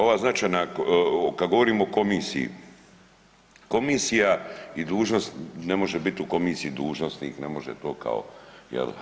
Ova značajna, kad govorimo o komisiji, komisija i dužnost ne može biti u komisiji dužnosnik, ne može to kao jel'